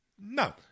No